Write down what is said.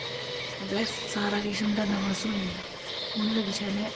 ते बस सारा किश उन्दा नास होई जंदा उनें ते बचैरें